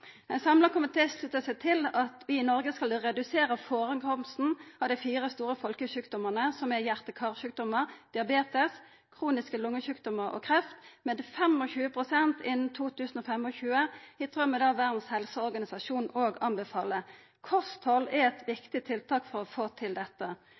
Ein samla komité slutta seg til at vi i Noreg skal redusera førekomsten av dei fire store folkesjukdomane, som er hjarte- og karsjukdomar, diabetes, kroniske lungesjukdomar og kreft, med 25 pst. innan 2025, i tråd med det Verdens helseorganisasjon òg anbefaler. Kosthald er eit